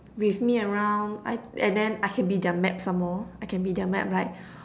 with me around I and then I can be their map some more I can be their map right